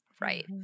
Right